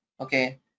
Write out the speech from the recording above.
okay